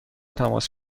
تماس